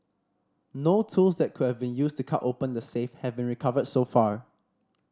no tools that could have been used to cut open the safe have been recovered so far